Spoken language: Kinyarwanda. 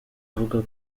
avuga